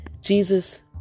Jesus